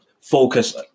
focus